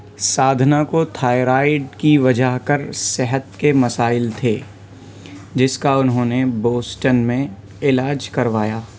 سادھنا کو تھائرائیڈ کی وجہ کر صحت کے مسائل تھے جس کا انہوں نے بوسٹن میں علاج کروایا